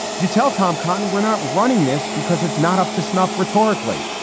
you tell tom cotton we're not running this because it's not up to snuff rhetorically.